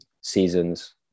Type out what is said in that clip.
seasons